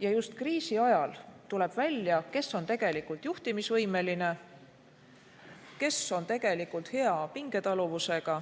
Just kriisi ajal tuleb välja, kes on tegelikult juhtimisvõimeline, kes on tegelikult hea pingetaluvusega,